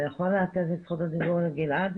אתה יכול להסב את זכות הדיבור לגלעד?